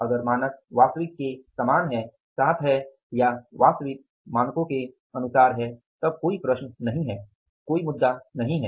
अगर मानक वास्तविक के साथ है या वास्तविक मानकों के अनुसार है तब कोई प्रश्न नहीं है कोई मुद्दा नहीं हैं